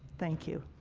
thank you.